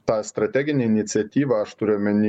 tą strateginę iniciatyvą aš turiu omeny